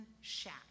shack